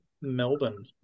Melbourne